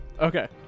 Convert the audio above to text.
Okay